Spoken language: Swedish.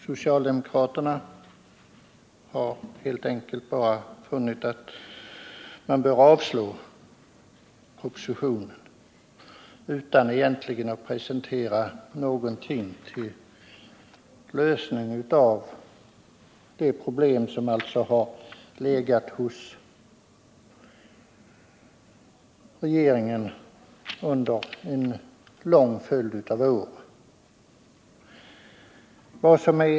Socialdemokraterna har helt enkelt bara funnit att man bör avslå propositionen utan att egentligen presentera någonting till lösning av de problem som har legat hos regeringen under en lång följd av år.